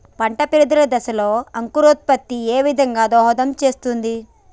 పంట పెరుగుదల దశలో అంకురోత్ఫత్తి ఏ విధంగా దోహదం చేస్తుంది?